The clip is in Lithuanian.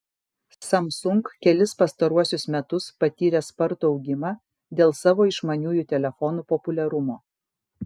samsung kelis pastaruosius metus patyrė spartų augimą dėl savo išmaniųjų telefonų populiarumo